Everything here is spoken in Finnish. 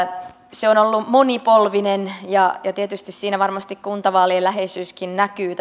se on ollut monipolvinen ja tietysti tässä välikysymyksessä varmasti kuntavaalien läheisyyskin näkyy